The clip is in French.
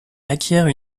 acquiert